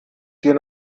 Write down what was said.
hier